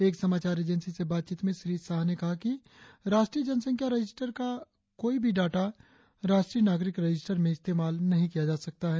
एक समाचार एजेंसी से बातचीत में श्री शाह ने कहा कि राष्ट्रीय जनसंख्या रजिस्टार का कोई भी डाटा राष्ट्रीय नागरिक रजिस्टर में इस्तेमाल नहीं किया जा सकता है